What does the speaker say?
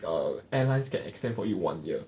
the airline can extend for you one year